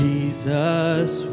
Jesus